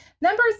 Number